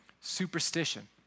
superstition